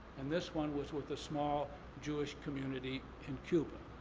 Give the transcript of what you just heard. and this one was with a small jewish community in cuba.